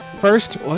First